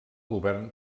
govern